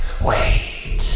Wait